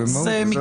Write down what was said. זה במהות.